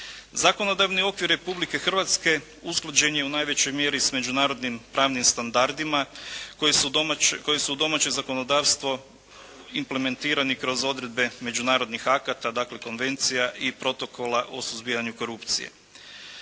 Zakonodavni okvir Republike Hrvatske usklađen je u najvećoj mjeri s međunarodnim pravnim standardima koji su domaće zakonodavstvo implementirati kroz odredbe međunarodnih akata, dakle konvencija i protokola o suzbijanju korupcije.